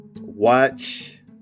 watch